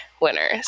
winners